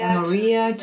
Maria